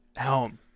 home